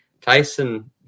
tyson